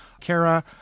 Kara